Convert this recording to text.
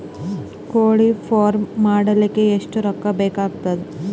ಕೋಳಿ ಫಾರ್ಮ್ ಮಾಡಲಿಕ್ಕ ಎಷ್ಟು ರೊಕ್ಕಾ ಬೇಕಾಗತದ?